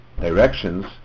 directions